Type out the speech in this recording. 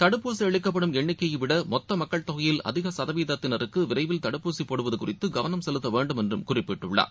தடுப்பூசி அளிக்கப்படும் எண்ணிக்கையை விட மொத்த மக்கள் தொகையில் அதிக சதவீதத்தினருக்கு விரைவில் தடுப்பூசி போடுவது குறித்து கவனம் செலுத்த வேண்டும் என்று குறிப்பிட்டுள்ளார்